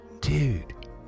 Dude